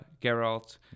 Geralt